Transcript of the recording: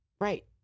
Right